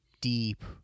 deep